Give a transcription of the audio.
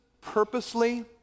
purposely